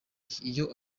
iyo